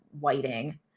Whiting